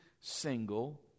single